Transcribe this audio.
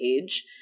page